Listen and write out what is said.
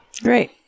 Great